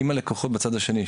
אם הלקוחות בצד השני,